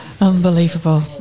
Unbelievable